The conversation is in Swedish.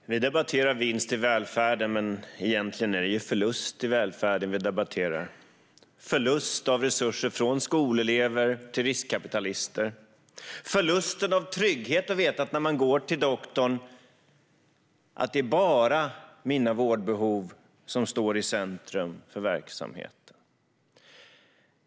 Fru talman! Vi debatterar vinst i välfärden, men egentligen är det ju förlust i välfärden vi debatterar - förlust av resurser från skolelever till riskkapitalister och förlust av tryggheten i att veta att det när jag går till doktorn bara är mina vårdbehov som står i centrum för verksamheten.